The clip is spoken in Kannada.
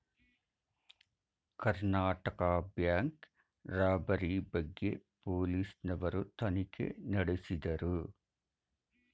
ಕರ್ನಾಟಕ ಬ್ಯಾಂಕ್ ರಾಬರಿ ಬಗ್ಗೆ ಪೊಲೀಸ್ ನವರು ತನಿಖೆ ನಡೆಸಿದರು